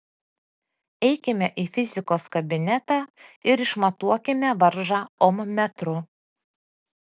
eikime į fizikos kabinetą ir išmatuokime varžą ommetru